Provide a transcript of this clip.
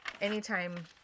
anytime